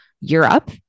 Europe